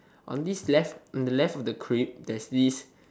on this left the left of the crib there's this